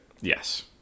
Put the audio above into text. Yes